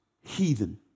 heathen